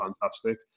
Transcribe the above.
fantastic